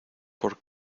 por